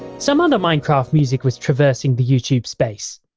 some other minecraft music was traversing the youtube space.